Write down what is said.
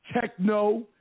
techno